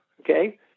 okay